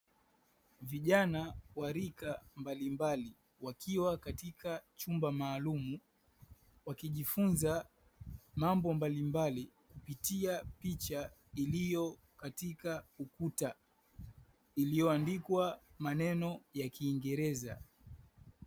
Vijana wa rika mbalimbali wakiwa katika chumba maalumu, wakijifunza mambo mbalimbali kupitia picha iliyo katika ukuta iliyoandikwa maneno ya kiingereza.